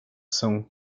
son